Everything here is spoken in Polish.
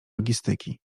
logistyki